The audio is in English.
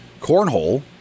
cornhole